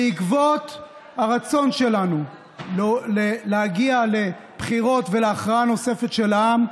בעקבות הרצון שלנו להגיע לבחירות ולהכרעה נוספת של העם,